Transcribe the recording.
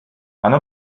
оно